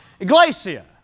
iglesia